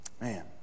Man